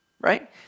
right